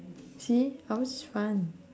see ours is fun